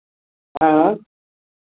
आँय